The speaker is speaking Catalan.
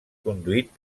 conduït